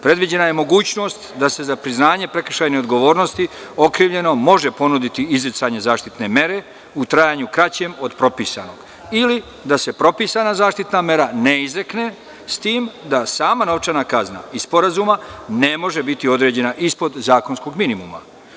Predviđena je mogućnost da se za priznanje prekršajne odgovornosti okrivljenom može ponuditi izricanje zaštitne mere u trajanju kraćem od propisanog ili da se propisana zaštitna mera ne izrekne, s tim da sama novčana kazna iz sporazuma ne može biti određena ispod zakonskog minimuma.